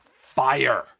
fire